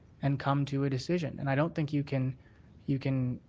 and come to a decision. and i don't think you can you can